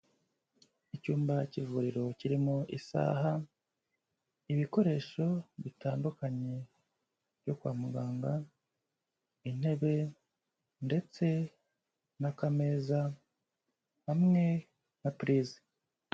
Icyumba cy'ivuriro kirimo isaha, ibikoresho bitandukanye byo kwa muganga, intebe, ndetse n'akameza, hamwe na purize.